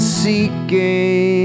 seeking